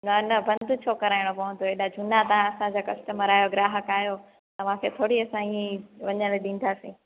न न बंदि छो कराइणो पवंदो हेॾा झूना तव्हां असांजा कस्टमर आयो ग्राहक आयो तव्हांखे थोरी असां इअं ई वञण ॾींदासीं